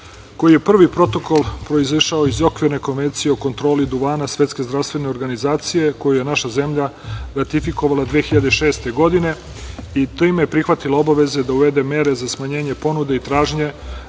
koji je prvi Protokol proizašao iz Okvirne konvencije o kontroli duvana SZO koji je naša zemlja ratifikovala 2006. godine i time prihvatila obavezu da uvede mere za smanjenje ponude i tražnje